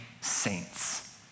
saints